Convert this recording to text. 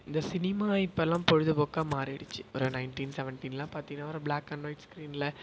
இந்த சினிமா இப்போலாம் பொழுதுபோக்காக மாறிடுச்சு ஒரு நைன்டீன் செவன்டீன் எல்லாம் பார்த்தீங்கனா ஒரு ப்ளாக் அண்ட் ஒயிட் ஸ்கிரீனில்